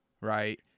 right